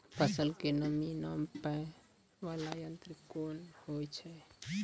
फसल के नमी नापैय वाला यंत्र कोन होय छै